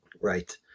Right